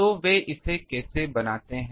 तो वे इसे कैसे बनाते हैं